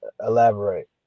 Elaborate